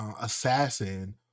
assassin